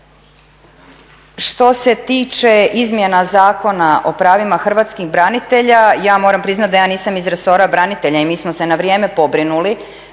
Što se tiče izmjena Zakona o pravima hrvatskih branitelja, ja moram priznat da ja nisam iz resora branitelja i mi smo se na vrijeme pobrinuli